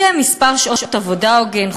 יהיה מספר שעות עבודה הוגן,